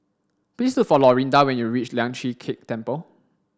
please look for Lorinda when you reach Lian Chee Kek Temple